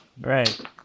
Right